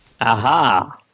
Aha